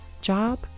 job